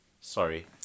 Sorry